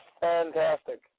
fantastic